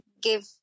give